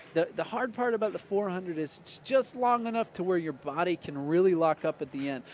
the the hard part about the four hundred is just long enough to where your body can really lock up at the end,